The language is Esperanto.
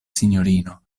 sinjorino